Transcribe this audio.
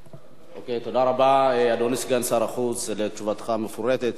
תודה רבה, אדוני סגן שר החוץ, על תשובתך המפורטת.